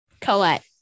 Colette